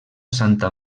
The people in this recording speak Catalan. santa